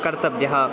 कर्तव्यम्